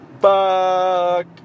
fuck